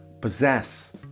possess